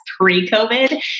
pre-COVID